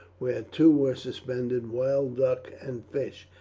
where too were suspended wild duck and fish,